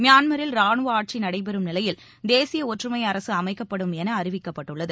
மியான்மரில் ரானுவ ஆட்சி நடைபெறும் நிலையில் தேசிய ஒற்றுமை அரசு அமைக்கப்படும் என அறிவிக்கப்பட்டுள்ளது